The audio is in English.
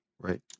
Right